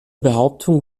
behauptung